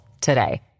today